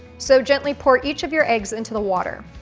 so gently pour each of your eggs into the water.